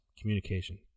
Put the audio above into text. Communication